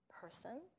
person